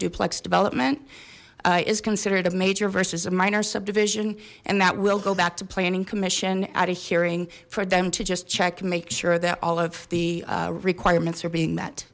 duplex development is considered a major versus a minor subdivision and that will go back to planning commission at a hearing for them to just check make sure that all of the requirements are being